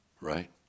right